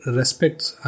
respects